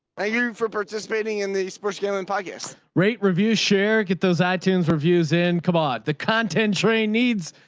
ah you for participating in the sports gambling podcast rate review share. get those ah itunes reviews in c'mon the content train needs.